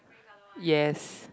yes